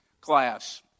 class